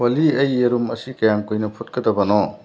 ꯑꯣꯂꯤ ꯑꯩ ꯌꯦꯔꯨꯝ ꯑꯁꯤ ꯀꯌꯥꯝ ꯀꯨꯏꯅ ꯐꯨꯠꯀꯗꯕꯅꯣ